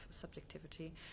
subjectivity